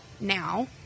now